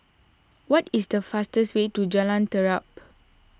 what is the fastest way to Jalan Terap